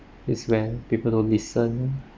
it's when people don't listen